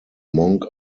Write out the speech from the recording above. monk